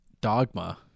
Dogma